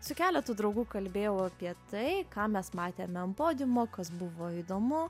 su keletu draugų kalbėjau apie tai ką mes matėme ant podiumo kas buvo įdomu